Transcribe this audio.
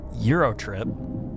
Eurotrip